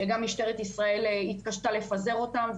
שגם משטרת ישראל התקשתה לפזר אותם,